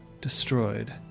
destroyed